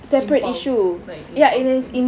impulse like impulse tu